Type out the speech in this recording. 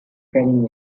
carrying